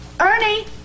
Ernie